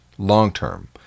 long-term